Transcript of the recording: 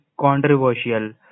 controversial